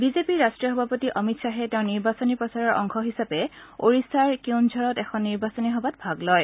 বিজেপিৰ ৰাষ্ট্ৰীয় সভাপতি অমিত খাহে তেওঁৰ নিৰ্বাচনী প্ৰচাৰৰ অংশ হিচাপে ওড়িষাৰ কেউনঝড়ত এখন নিৰ্বাচনী সভাত ভাগ লয়